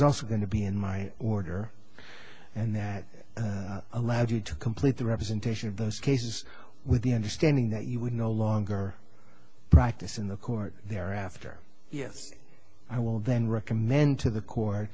also going to be in my order and that allowed you to complete the representation of those cases with the understanding that you would no longer practice in the court thereafter yes i will then recommend to the court